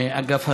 אגף הרישוי,